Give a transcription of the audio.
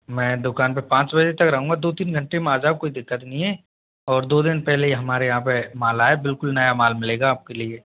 मैं दुकान पे पाँच बजे तक रहूँगा दो तीन घंटे में आ जाओ कोई दिक्कत नहीं है और दो दिन पहले ही हमारे यहाँ पे माल आया है बिल्कुल नया माल मिलेगा आपके लिए